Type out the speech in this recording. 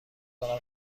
دارم